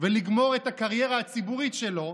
ולגמור את הקריירה הציבורית שלו,